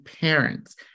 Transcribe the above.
parents